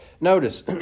Notice